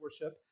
worship